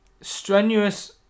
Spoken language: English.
strenuous